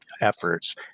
efforts